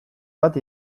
bat